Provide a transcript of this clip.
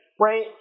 right